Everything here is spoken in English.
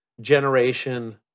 Generation